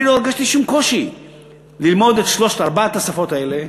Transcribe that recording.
אני לא הרגשתי שום קושי ללמוד את ארבע השפות האלה,